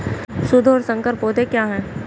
शुद्ध और संकर पौधे क्या हैं?